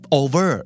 over